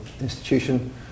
institution